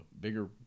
bigger